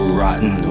rotten